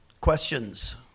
questions